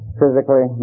physically